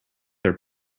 are